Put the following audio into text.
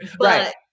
Right